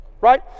Right